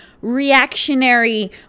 reactionary